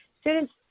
Students